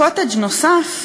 קוטג' נוסף,